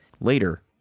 Later